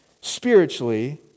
spiritually